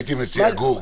גור,